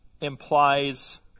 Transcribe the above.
implies